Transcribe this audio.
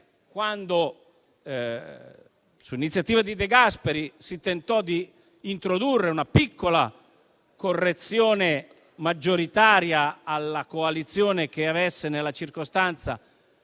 quando, su iniziativa di De Gasperi, si tentò di introdurre una piccola correzione maggioritaria alla coalizione che avesse nella circostanza